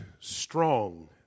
strong